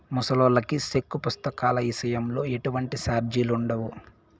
ముసలాల్లకి సెక్కు పుస్తకాల ఇసయంలో ఎటువంటి సార్జిలుండవు